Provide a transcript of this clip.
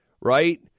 right